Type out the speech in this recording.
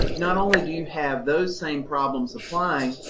not only do you have those same problems applying,